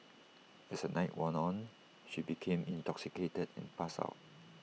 as the night wore on should became intoxicated passed out